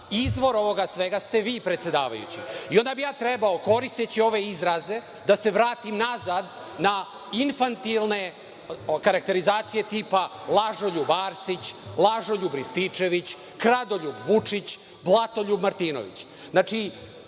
izvor ovoga svega ste vi predsedavajući. Onda bih ja trebao koristeći ove izraze da se vratim nazad na infantilne karakterizacije tipa lažoljub Arsić, lažoljub Rističević, kradoljub Vučić, blatoljub Martinović. Znači,